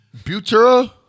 Butera